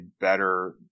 better